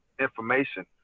information